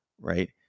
right